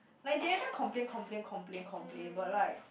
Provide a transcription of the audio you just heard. like they everytime complain complain complain complain but like